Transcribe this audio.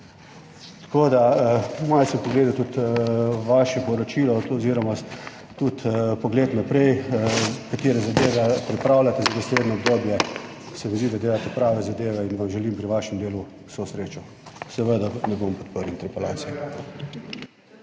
Tako da, malo sem pogledal tudi vaše poročilo oziroma tudi pogled naprej, katere zadeve pripravljate za naslednje obdobje, se mi zdi, da delate prave zadeve in vam želim pri vašem delu vso srečo. Seveda ne bom podprl interpelacije.